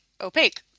opaque